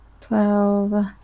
Twelve